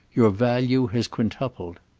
your value has quintupled.